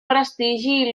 prestigi